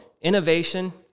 innovation